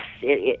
yes